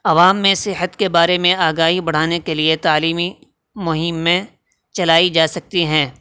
عوام میں صحت کے بارے میں آگاہی بڑھانے کے لیے تعلیمی مہمیں چلائی جا سکتی ہیں